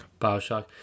bioshock